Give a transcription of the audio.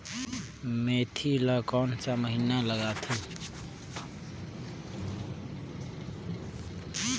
मेंथी ला कोन सा महीन लगथे?